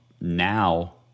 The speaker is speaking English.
now